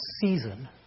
season